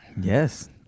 yes